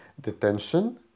detention